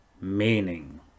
meaning